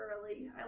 early